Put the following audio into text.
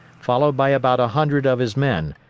followed by about a hundred of his men,